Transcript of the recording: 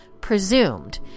presumed